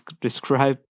describe